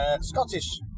Scottish